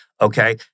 okay